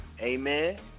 Amen